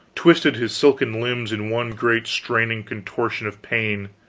twisted his silken limbs in one great straining contortion of pain,